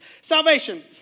Salvation